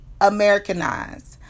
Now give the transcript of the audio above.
Americanized